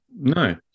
No